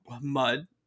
mud